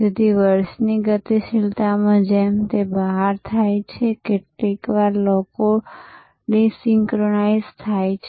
તેથી વર્ષની ગતિશીલતામાં જેમ તે બહાર થાય છે કેટલીકવાર લોકો ડિસિંક્રોનાઇઝ થાય છે